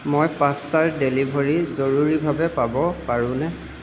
মই পাস্তাৰ ডেলিভৰী জৰুৰীভাৱে পাব পাৰোঁনে